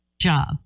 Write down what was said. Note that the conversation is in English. job